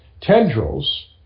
tendrils